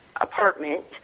apartment